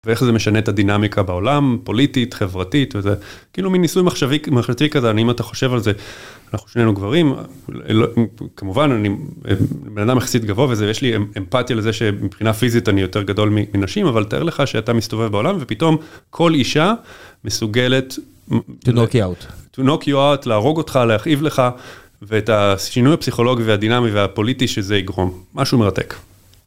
ואיך זה משנה את הדינמיקה בעולם, פוליטית, חברתית, וזה כאילו מין ניסוי מחשבתי כזה, אם אתה חושב על זה, אנחנו שנינו גברים, כמובן, אני בן אדם יחסית גבוה, ויש לי אמפתיה לזה שמבחינה פיזית אני יותר גדול מנשים, אבל תאר לך שאתה מסתובב בעולם, ופתאום כל אישה מסוגלת... To knock you out. To knock you out, להרוג אותך, להכאיב לך, ואת השינוי הפסיכולוגי והדינמי והפוליטי שזה יגרום, משהו מרתק.